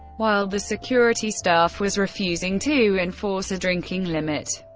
while the security staff was refusing to enforce a drinking limit.